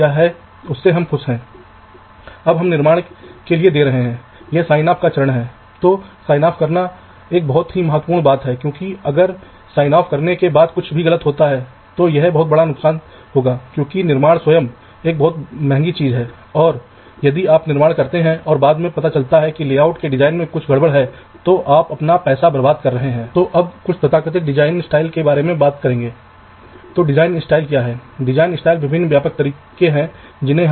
इसलिए पावर और ground routing के लिए पावर के लिए एक और ग्राउंड के लिए अन्य आपको दो इंटरकनेक्शन ट्री की जरूरत है जाहिर है अंतर गैर इंटरसेक्टिंग होगा क्योंकि वीडीडी के लिए एक और जमीन के लिए एक और जैसा कि मैंने अभी कहा कि किसी भी विशेष शाखा में पेड़ों की चौड़ाई कुल करंट के समानुपाती होनी चाहिए जितना करंट उन शाखाओं को संचालन के लिए चाहिए